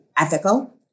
ethical